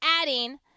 adding